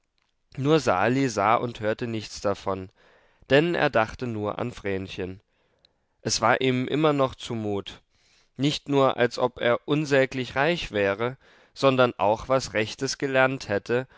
nur sali sah und hörte nichts davon denn er dachte nur an vrenchen es war ihm immer noch zumut nicht nur als ob er unsäglich reich wäre sondern auch was rechtes gelernt hätte